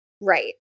Right